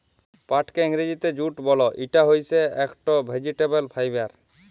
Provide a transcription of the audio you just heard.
পাটকে ইংরজিতে জুট বল, ইটা হইসে একট ভেজিটেবল ফাইবার